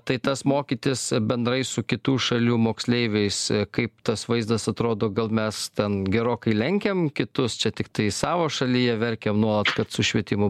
tai tas mokytis bendrai su kitų šalių moksleiviais kaip tas vaizdas atrodo gal mes ten gerokai lenkiam kitus čia tiktai savo šalyje verkiam nuolat kad su švietimu